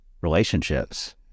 relationships